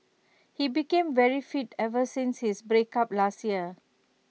he became very fit ever since his breakup last year